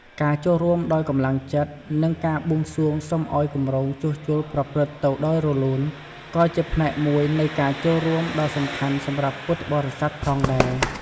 ការចូលរួមដោយកម្លាំងចិត្ត និងការបួងសួងសុំឱ្យគម្រោងជួសជុលប្រព្រឹត្តទៅដោយរលូន ក៏ជាផ្នែកមួយនៃការចូលរួមដ៏សំខាន់សម្រាប់ពុទ្ធបរិស័ទផងដែរ។